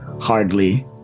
hardly